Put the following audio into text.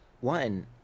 One